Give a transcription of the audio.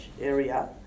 area